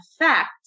effect